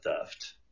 theft